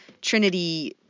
Trinity –